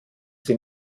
sie